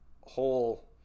whole